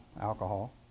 alcohol